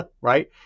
right